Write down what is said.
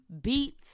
beats